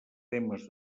temes